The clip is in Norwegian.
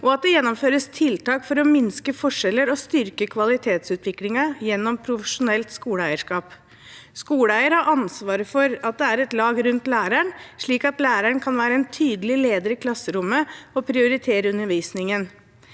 og at det gjennomføres tiltak for å minske forskjeller og styrke kvalitetsutviklingen gjennom profesjonelt skoleeierskap. Skoleeieren har ansvaret for at det er et lag rundt læreren, slik at læreren kan være en tydelig leder i klasserommet og prioritere undervisningen.